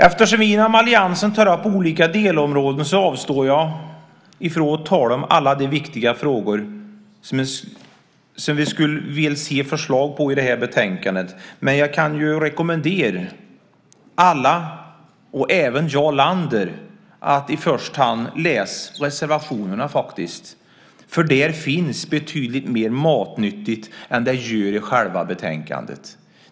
Eftersom vi inom alliansen tar upp olika delområden avstår jag från att tala om alla de viktiga frågor som vi skulle vilja se förslag på i det här betänkandet, men jag kan ju rekommendera alla, även Jarl Lander, att i första hand läsa reservationerna. Där finns betydligt mer matnyttigt än det gör i själva betänkandet.